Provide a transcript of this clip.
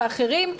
ואחרים,